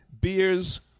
beers